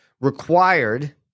required